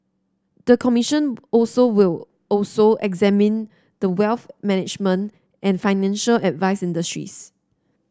the commission also will also examine the wealth management and financial advice industries